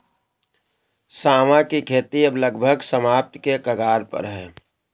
सांवा की खेती अब लगभग समाप्ति के कगार पर है